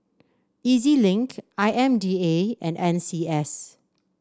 E Z Link I M D A and N C S